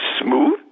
smooth